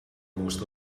most